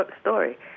story